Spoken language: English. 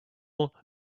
all